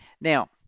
Now